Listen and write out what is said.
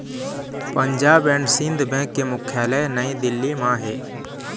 Punjab and Sind bank के मुख्यालय नई दिल्ली म हे